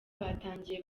batangiye